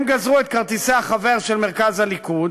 הם גזרו את כרטיסי החבר של מרכז הליכוד